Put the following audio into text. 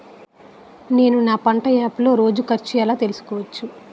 నేను నా పంట యాప్ లో రోజు ఖర్చు ఎలా తెల్సుకోవచ్చు?